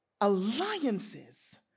alliances